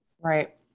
Right